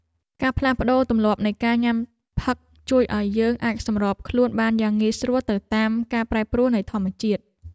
ការផ្លាស់ប្តូរទម្លាប់នៃការញ៉ាំផឹកជួយឱ្យយើងអាចសម្របខ្លួនបានយ៉ាងងាយស្រួលទៅតាមការប្រែប្រួលនៃធម្មជាតិ។